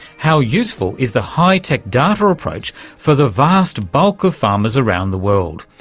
how useful is the high-tech data approach for the vast bulk of farmers around the world,